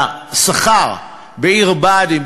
והשכר בעיר הבה"דים,